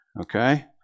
Okay